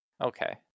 Okay